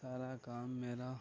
سارا کام میرا